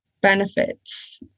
benefits